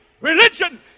religion